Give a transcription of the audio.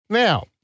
Now